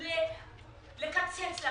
לקצץ לה,